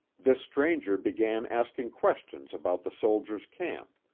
this stranger began asking questions about the soldiers' camp,